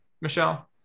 Michelle